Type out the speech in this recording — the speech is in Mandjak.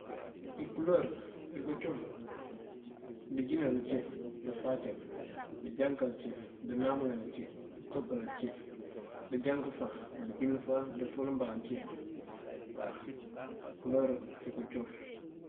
Ikulor iko cum, dëjínal, dëfácal, dëjankal ci, dënaam uleel ci dëtopal ci, dëjankëfaan, dëjínëfaan dëfëlbaan ci waw, ikulor iko cumm.